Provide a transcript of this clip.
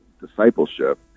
discipleship